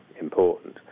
important